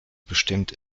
bestimmt